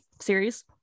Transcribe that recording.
series